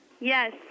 Yes